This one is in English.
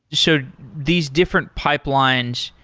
so these different pipelines,